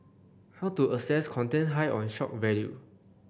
how to assess content high on shock value